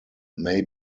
may